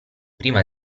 prima